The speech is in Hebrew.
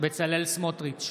בצלאל סמוטריץ'